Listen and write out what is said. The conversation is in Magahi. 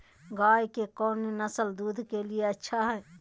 गाय के कौन नसल दूध के लिए अच्छा है?